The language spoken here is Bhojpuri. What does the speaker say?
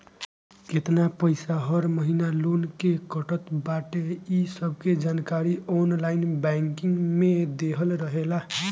केतना पईसा हर महिना लोन के कटत बाटे इ सबके जानकारी ऑनलाइन बैंकिंग में देहल रहेला